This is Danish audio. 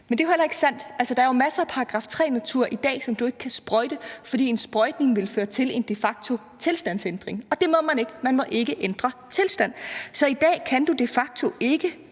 men det er jo heller ikke sandt. Altså, der er jo masser af § 3-natur i dag, som du ikke kan sprøjte, fordi en sprøjtning vil føre til en de facto-tilstandsændring og det må man ikke; man må ikke ændre tilstand. Så i dag kan du de facto ikke